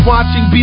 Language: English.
Watching